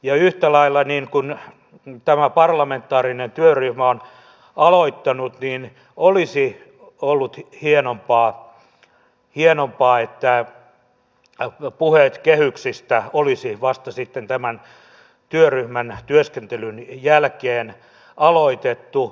ja yhtä lailla niin kuin tämä parlamentaarinen työryhmä on aloittanut olisi ollut hienompaa että puheet kehyksistä olisi vasta sitten tämän työryhmän työskentelyn jälkeen aloitettu